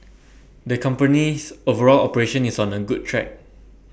the company's overall operation is on A good track